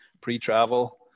pre-travel